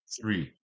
Three